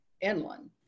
inland